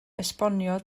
esbonio